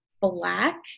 black